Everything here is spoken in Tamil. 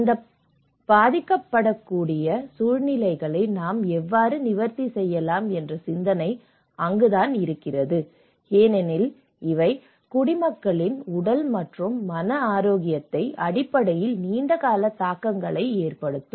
இந்த பாதிக்கப்படக்கூடிய சூழ்நிலைகளை நாம் எவ்வாறு நிவர்த்தி செய்யலாம் என்ற சிந்தனை அங்குதான் இருக்கிறது ஏனெனில் இவை குடிமக்களின் உடல் மற்றும் மன ஆரோக்கியத்தின் அடிப்படையில் நீண்டகால தாக்கங்களை ஏற்படுத்தும்